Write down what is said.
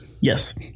Yes